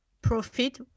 profit